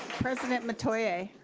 president metoyer.